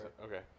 Okay